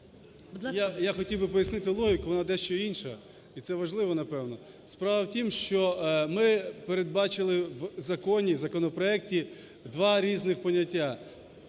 Я хотів би пояснити логіку, вона дещо інша, і це важливо, напевно. Справа в тім, що ми передбачили в законі, в законопроекті два різних поняття: